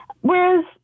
Whereas